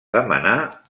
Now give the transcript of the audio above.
demanar